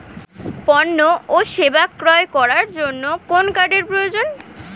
পণ্য ও সেবা ক্রয় করার জন্য কোন কার্ডের প্রয়োজন?